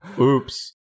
Oops